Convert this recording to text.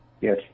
yes